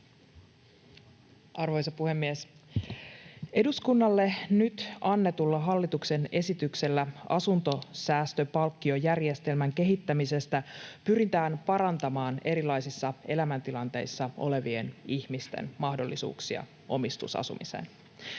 Arvoisa puhemies! Eduskunnalle nyt annetulla hallituksen esityksellä asuntosäästöpalkkiojärjestelmän kehittämisestä pyritään parantamaan erilaisissa elämäntilanteissa olevien ihmis- ten mahdollisuuksia omistusasumiseen.